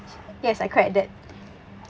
yes I cried at that